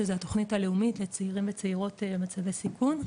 שזו התוכנית הלאומית לצעירים וצעירות במצבי סיכון.